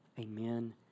amen